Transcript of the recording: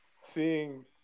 seeing